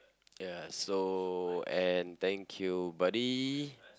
ya so and thank you buddy